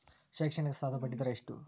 ಶೈಕ್ಷಣಿಕ ಸಾಲದ ಬಡ್ಡಿ ದರ ಎಷ್ಟು ಐತ್ರಿ?